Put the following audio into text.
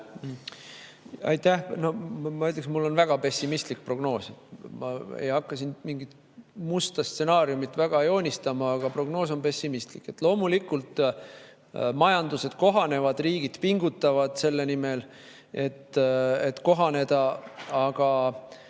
Aitäh! Ma ütleksin, et mul on väga pessimistlik prognoos. Ma ei hakka siin mingit musta stsenaariumi joonistama, aga prognoos on pessimistlik. Loomulikult, majandused kohanevad, riigid pingutavad selle nimel, et kohaneda, aga